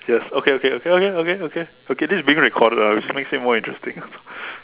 yes okay okay okay okay okay okay okay okay this is being recorded ah which makes it more interesting ah